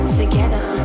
together